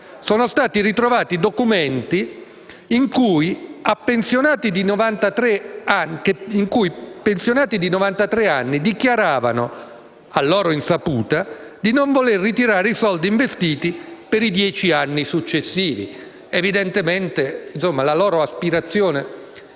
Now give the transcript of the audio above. Sono stati ritrovati documenti in cui pensionati di novantatré anni dichiaravano, a loro insaputa, di non voler ritirare i soldi investiti per i dieci anni successivi. Evidentemente, la loro aspirazione